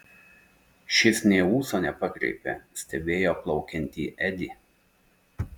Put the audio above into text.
šis nė ūso nepakreipė stebėjo plaukiantį edį